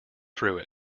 through